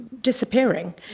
disappearing